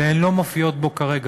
והם לא מופיעים בו כרגע.